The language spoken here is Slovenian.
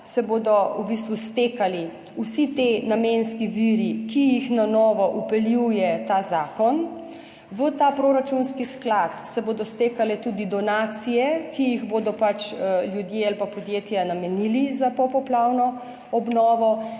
se bodo v bistvu stekali vsi ti namenski viri, ki jih na novo vpeljuje ta zakon. V ta proračunski sklad se bodo stekale tudi donacije, ki jih bodo pač ljudje ali pa podjetja namenili za popoplavno obnovo,